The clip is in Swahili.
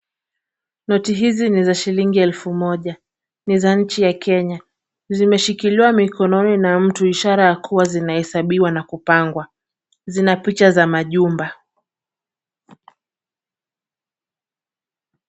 Noti hizi ni za shilingi elfu moja, ni za nchi ya Kenya. Zimeshikiliwa mkononi na mtu ishara kuwa zinahesabiwa na kupagwa. Zina picha za majumba.